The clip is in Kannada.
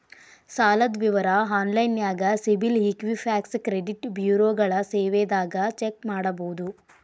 ಸಾಲದ್ ವಿವರ ಆನ್ಲೈನ್ಯಾಗ ಸಿಬಿಲ್ ಇಕ್ವಿಫ್ಯಾಕ್ಸ್ ಕ್ರೆಡಿಟ್ ಬ್ಯುರೋಗಳ ಸೇವೆದಾಗ ಚೆಕ್ ಮಾಡಬೋದು